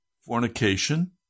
fornication